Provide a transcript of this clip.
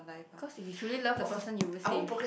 because you truely love the person you would stay